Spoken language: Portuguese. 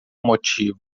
motivo